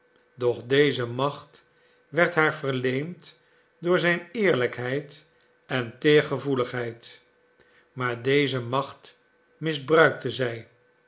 doch deze macht werd haar verleend door zijn eerlijkheid en teergevoeligheid maar deze macht misbruikte zij